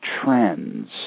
trends